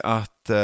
att